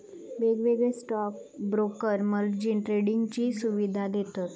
वेगवेगळे stock broker margin ट्रेडिंगची सुवीधा देतत